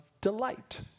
delight